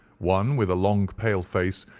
one, with a long pale face,